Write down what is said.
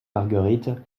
marguerite